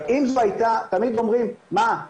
תמיד אומרים 'מה,